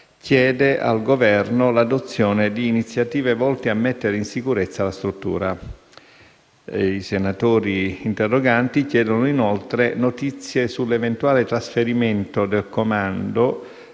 chiedono al Governo l'adozione di iniziative volte a mettere in sicurezza la struttura. I senatori interroganti chiedono inoltre notizie sull'eventuale trasferimento del comando